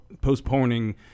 postponing